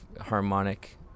harmonic